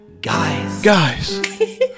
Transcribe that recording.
Guys